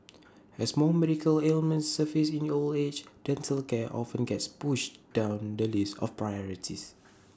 as more medical ailments surface in old age dental care often gets pushed down the list of priorities